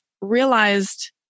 realized